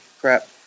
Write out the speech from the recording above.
crap